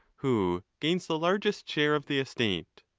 who gains the largest share of the estate.